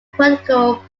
political